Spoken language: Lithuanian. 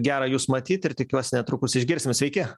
gera jus matyt ir tikiuosi netrukus išgirsim sveiki